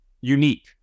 unique